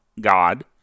God